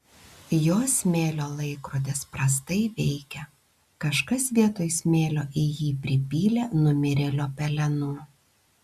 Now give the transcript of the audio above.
jos smėlio laikrodis prastai veikia kažkas vietoj smėlio į jį pripylė numirėlio pelenų